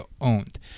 owned